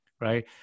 right